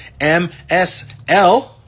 MSL